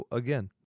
again